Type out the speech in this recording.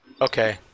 Okay